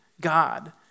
God